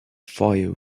fire